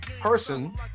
person